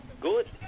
good